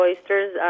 oysters